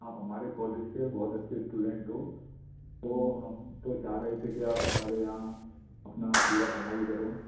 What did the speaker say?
आप हमारे कॉलेज के बहुत अच्छे स्टूडेंट हो तो हम तो चाह रहे थे कि आप हमारे यहाँ अपना पूरा पढ़ाई करो